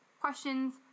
questions